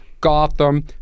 Gotham